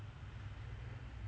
mm mm